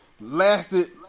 Lasted